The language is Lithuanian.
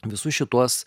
visus šituos